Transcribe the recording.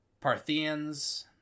Parthians